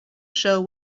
show